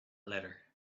letter